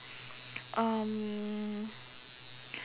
um